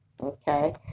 Okay